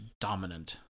dominant